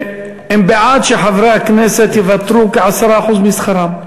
שהם בעד שחברי הכנסת יוותרו על כ-10% משכרם.